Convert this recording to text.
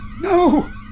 No